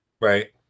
Right